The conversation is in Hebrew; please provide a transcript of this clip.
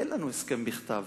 אין לנו הסכם בכתב